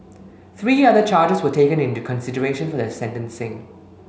three other charges were taken into consideration for the sentencing